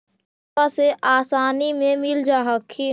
बैंकबा से आसानी मे मिल जा हखिन?